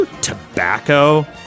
tobacco